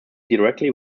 directly